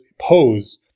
pose